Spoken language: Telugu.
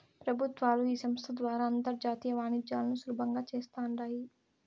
పెబుత్వాలు ఈ సంస్త ద్వారా అంతర్జాతీయ వాణిజ్యాలను సులబంగా చేస్తాండాయి